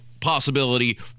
possibility